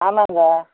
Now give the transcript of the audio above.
ஆமாம்ங்க